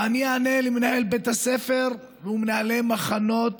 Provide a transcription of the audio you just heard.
מה אני אענה למנהל בית הספר ומנהלי מחנות